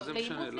מה זה משנה?